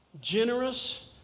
generous